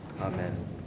amen